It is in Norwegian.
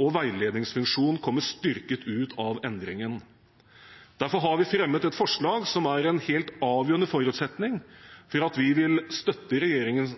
og veiledningsfunksjon kommer styrket ut av endringen. Derfor har vi fremmet et forslag som er en helt avgjørende forutsetning for at vi vil støtte regjeringens